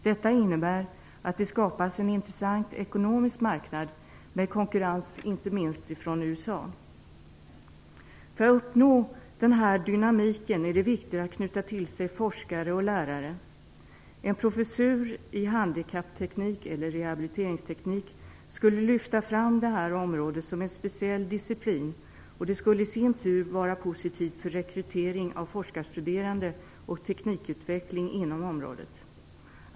Detta innebär att det skapas en intressant ekonomisk marknad med konkurrens inte minst från USA. För att uppnå denna dynamik är det viktigt att knyta till sig forskare och lärare. En professur i handikappteknik eller rehabiliteringsteknik skulle lyfta fram detta område som en speciell disciplin, och det skulle i sin tur vara positivt för rekrytering av forskarstuderande och teknikutveckling inom området.